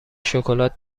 شکلات